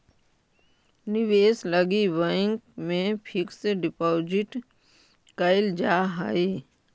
निवेश लगी बैंक में फिक्स डिपाजिट कैल जा हई